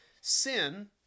sin